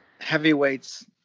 Heavyweights